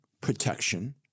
protection